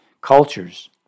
cultures